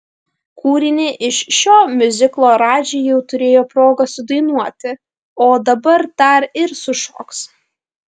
kūrinį iš šio miuziklo radži jau turėjo progą sudainuoti o dabar dar ir sušoks